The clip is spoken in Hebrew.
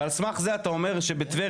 ועל סמך זה אתה אומר שבטבריה,